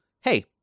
Hey